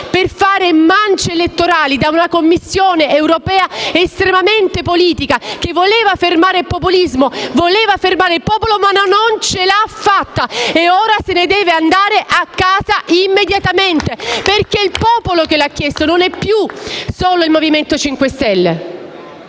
per fare mance elettorali da una Commissione europea estremamente politica che voleva fermare il populismo e voleva fermare il popolo, ma non ce l'ha fatta. Ora se ne deve andare a casa immediatamente. È il popolo che lo ha chiesto, non è più solo il Movimento 5 Stelle.